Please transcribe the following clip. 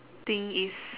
thing is